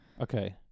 Okay